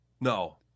No